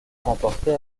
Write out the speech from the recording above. remporté